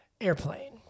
Airplane